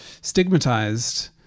stigmatized